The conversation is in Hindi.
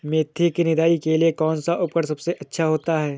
मेथी की निदाई के लिए कौन सा उपकरण सबसे अच्छा होता है?